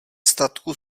statku